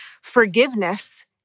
Forgiveness